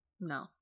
No